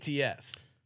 ATS